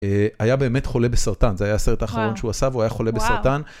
היה באמת חולה בסרטן, זה היה הסרט וואוו האחרון שהוא עשה וואוו והוא היה חולה בסרטן.